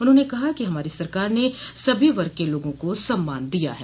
उन्होंने कहा कि हमारी सरकार ने सभी वर्ग के लोगों को सम्मान दिया है